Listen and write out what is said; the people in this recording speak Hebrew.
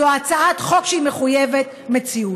זאת הצעת חוק שהיא מחויבת המציאות.